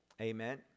Amen